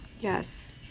Yes